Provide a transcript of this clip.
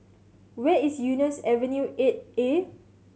where is Eunos Avenue Eight A